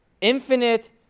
infinite